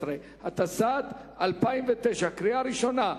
15), התשס"ט 2009, בקריאה ראשונה.